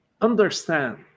understand